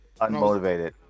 Unmotivated